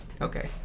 Okay